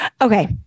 Okay